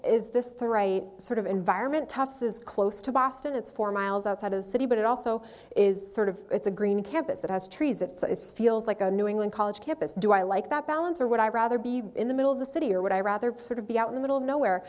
this sort of environment toughs is close to boston it's four miles outside of the city but it also is sort of it's a green campus that has trees it's feels like a new england college campus do i like that balance or would i rather be in the middle of the city or would i rather sort of be out in the middle of nowhere